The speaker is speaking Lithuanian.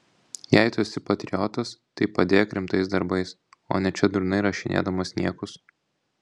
jei tu esi patriotas tai padėk rimtais darbais o ne čia durnai rašinėdamas niekus